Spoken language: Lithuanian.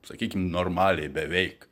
sakykim normaliai beveik